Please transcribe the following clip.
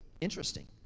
Interesting